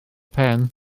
pen